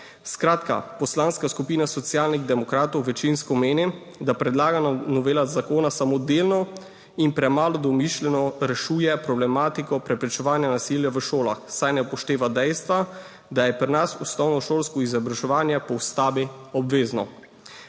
Skratka, Poslanska skupina Socialnih demokratov večinsko meni, da predlagana novela zakona samo delno in premalo domišljeno rešuje problematiko preprečevanja nasilja v šolah, saj ne upošteva dejstva, da je pri nas osnovnošolsko izobraževanje po ustavi obvezno.